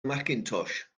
mackintosh